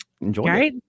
Enjoy